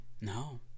No